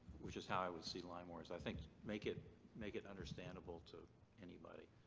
which is how i would see lyme wars. i think make it make it understandable to anybody.